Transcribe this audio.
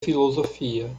filosofia